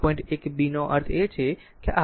1 b નો અર્થ છે કે આ આકૃતિ છે